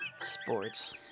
Sports